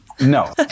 No